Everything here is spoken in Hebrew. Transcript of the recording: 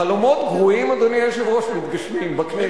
חלומות גרועים, אדוני היושב-ראש, מתגשמים, בכנסת.